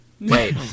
Wait